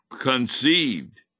conceived